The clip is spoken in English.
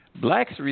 Blacks